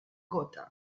gotha